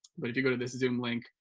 but if you go to this zoom link,